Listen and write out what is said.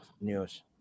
news